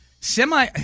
semi